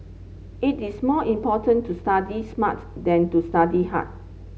it is more important to study smart than to study hard